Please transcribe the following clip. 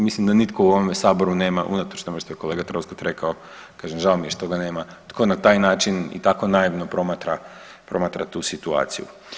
Mislim da nitko u ovome Saboru nema, unatoč tome što je kolega Troskot rekao, kažem žao mi je što ga nema tko na taj način i tako naivno promatra tu situaciju.